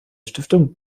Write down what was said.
stiftung